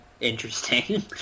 interesting